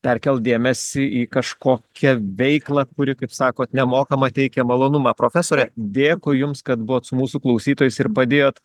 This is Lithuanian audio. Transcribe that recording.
perkelt dėmesį į kažkokią veiklą kuri kaip sakot nemokama teikia malonumą profesore dėkui jums kad buvot su mūsų klausytojais ir padėjot